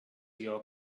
your